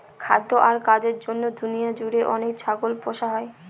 খাদ্য আর কাজের জন্য দুনিয়া জুড়ে অনেক ছাগল পোষা হয়